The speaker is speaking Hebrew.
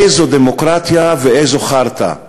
איזו דמוקרטיה ואיזו חארטה?